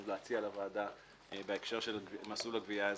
להציע לוועדה בהקשר של מסלול הגבייה האזרחי.